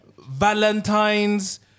Valentine's